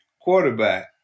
quarterback